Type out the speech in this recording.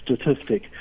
statistic